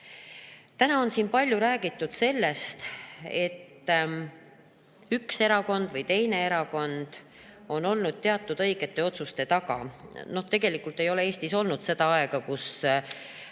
on siin palju räägitud sellest, et üks erakond või teine erakond on olnud teatud õigete otsuste taga. Tegelikult ei ole Eestis olnud aega, kui